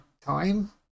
time